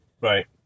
Right